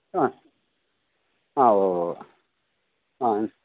ആ ആ ഓ ഓ ആ